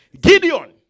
Gideon